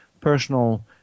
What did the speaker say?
personal